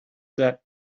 that